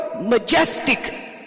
majestic